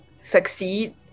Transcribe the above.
Succeed